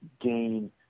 gain